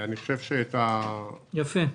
יפה.